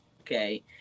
Okay